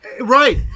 right